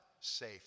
safe